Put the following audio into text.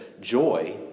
joy